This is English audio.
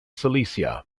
silesia